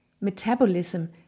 metabolism